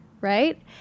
right